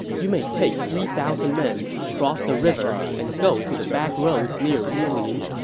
you may take three thousand men, cross the river, and go to the backroad near wulin.